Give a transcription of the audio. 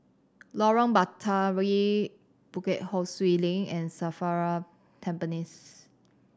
Lorong Batawi Bukit Ho Swee Link and SAFRA Tampines